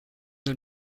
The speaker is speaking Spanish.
del